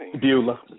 Beulah